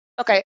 Okay